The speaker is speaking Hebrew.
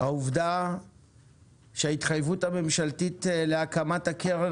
העובדה שההתחייבות הממשלתית להקמת הקרן